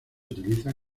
utiliza